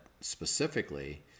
specifically